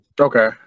Okay